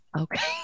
Okay